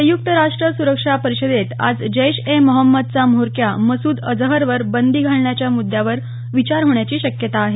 संयुक्त राष्ट सुरक्षा परिषदेत आज जैश ए मोहम्मदचा म्होरक्या मसूद अजहरवर बंदी घालण्याच्या मुद्दावर विचार होण्याची शक्यता आहे